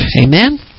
amen